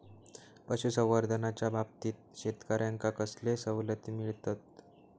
पशुसंवर्धनाच्याबाबतीत शेतकऱ्यांका कसले सवलती मिळतत?